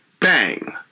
Bang